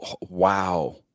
Wow